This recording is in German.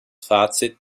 fazit